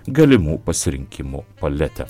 galimų pasirinkimų paletę